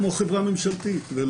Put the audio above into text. אז למה לא חברה ממשלתית, אגב?